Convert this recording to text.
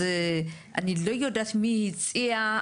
אז אני לא יודעת מי הציע,